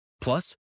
Plus